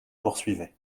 poursuivaient